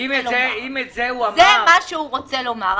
זה מה שהוא מנסה לומר.